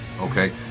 Okay